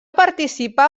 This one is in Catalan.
participar